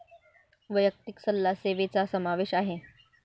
वैयक्तिक सल्ला सेवेचा समावेश आहे